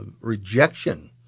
rejection